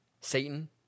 Satan